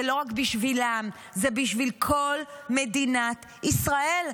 זה לא רק בשבילם, זה בשביל כל מדינת ישראל.